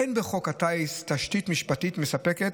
אין בחוק הטיס תשתית משפטית מספקת